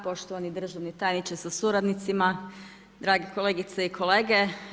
Poštovani državni tajniče sa suradnicima, drage kolegice i kolege.